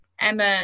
Emma